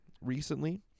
recently